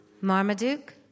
Marmaduke